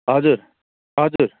हजुर हजुर